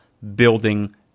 building